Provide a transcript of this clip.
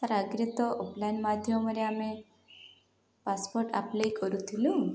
sir ଆଗ୍ରେ ତ offline ମାଧ୍ୟମରେ ଆମେ ପାସ୍ପୋର୍ଟ ଆପ୍ଲାଏ କରୁଥିଲୁ